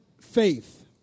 faith